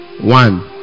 one